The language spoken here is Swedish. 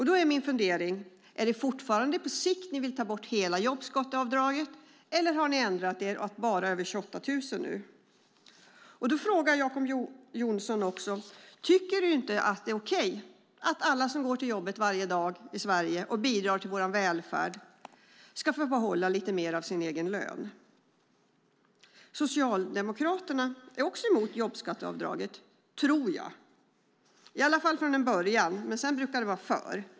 Då är min fundering: Vill ni fortfarande på sikt ta bort hela jobbskatteavdraget, eller har ni ändrat er och vill ta bort det bara för dem som tjänar över 28 000 kronor i månaden? Jag vill fråga Jacob Johnson följande: Tycker du inte att det är okej att alla som går till jobbet varje dag i Sverige och bidrar till vår välfärd ska få behålla lite mer av sin egen lön? Socialdemokraterna är också emot jobbskatteavdragen, tror jag. Från början brukar de vara mot varje jobbskatteavdrag, men sedan brukar de vara för.